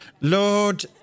Lord